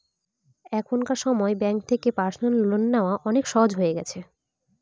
এখনকার সময় ব্যাঙ্ক থেকে পার্সোনাল লোন নেওয়া অনেক সহজ হয়ে গেছে